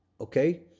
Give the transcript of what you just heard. Okay